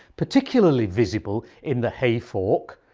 particularly visible in the hayfork,